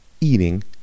eating